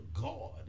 God